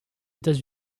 états